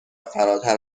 فراتر